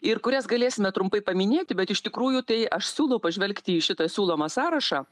ir kurias galėsime trumpai paminėti bet iš tikrųjų tai aš siūlau pažvelgti į šitą siūlomą sąrašą